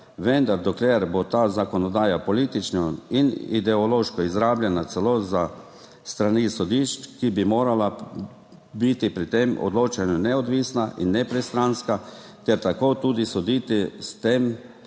vendar dokler bo ta zakonodaja politično in ideološko izrabljena celo s strani sodišč, ki bi morala biti pri tem odločanju neodvisna in nepristranska ter tako tudi soditi, s tem ne